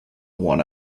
one